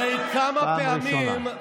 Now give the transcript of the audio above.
הרי כמה פעמים,